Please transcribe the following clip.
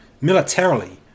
Militarily